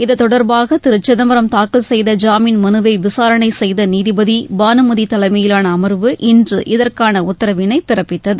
இத்தொடர்பாக திரு சிதம்பரம் தாக்கல் செய்த ஜாமீன் மனுவை விசாரணை செய்த நீதிபதி பானுமதி தலைமையிலான அமர்வு இன்று இதற்கான உத்தரவினை பிறப்பித்தது